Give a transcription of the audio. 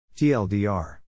TLDR